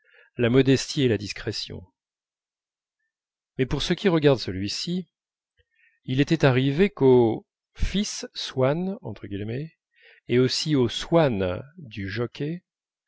la modestie et la discrétion mais pour ce qui regarde celui-ci il était arrivé qu'au fils swann et aussi au swann du jockey